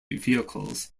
vehicles